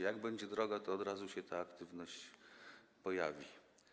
Jak będzie droga, to od razu się ta aktywność pojawi.